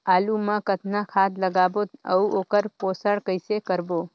आलू मा कतना खाद लगाबो अउ ओकर पोषण कइसे करबो?